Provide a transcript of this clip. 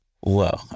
Whoa